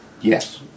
Yes